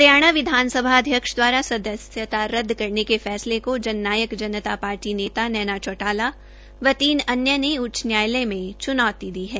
हरियाणा विधानसभा अध्यक्ष द्वारा सदस्यता रद्द करने के फैसले को जननायक जनता पार्टी नेता नैना चौटाला व तीन अन्य ने उच्च न्यायालय में चुनौती दी है